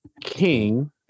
King